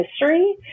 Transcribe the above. history